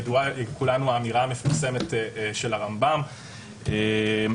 ידועה לכולנו האמירה המפורסמת של הרמב"ם ואני